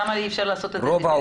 למה אי אפשר לעשות את זה דיפרנציאלי?